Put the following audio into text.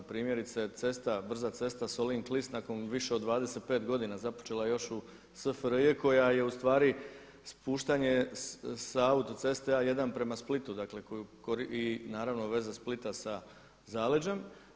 Primjerice cesta, brza cesta Solin-Klis nakon više od 25 godina započela je još u SFRJ koja je ustvari spuštanje sa autoceste A1 prema Splitu, dakle koju, i naravno veza Splita sa zaleđem.